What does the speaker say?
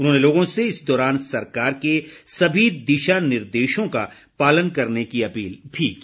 उन्होंने लोगों से इस दौरान सरकार के सभी दिशा निर्देशों का पालन करने की अपील भी की